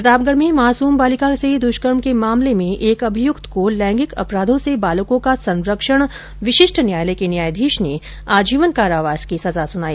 प्रतापगढ में मासूम बालिका से दुष्कर्म के मामले में एक अभियुक्त को लैंगिक अपराधो से बालकों का संरक्षण विशिष्ठ न्यायालय के न्यायाधीश ने आजीवन कारावास की सजा सुनाई